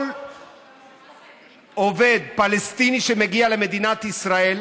כל עובד פלסטיני שמגיע למדינת ישראל,